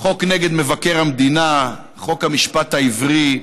חוק נגד מבקר המדינה, חוק המשפט העברי,